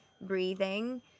breathing